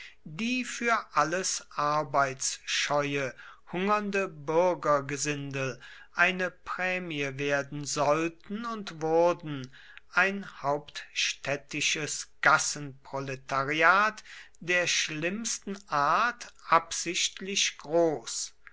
die für alles arbeitsscheue hungernde bürgergesindel eine prämie werden sollten und wurden ein hauptstädtisches gassenproletariat der schlimmsten art absichtlich groß